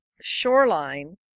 shoreline